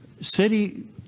city